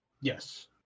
yes